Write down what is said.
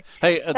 hey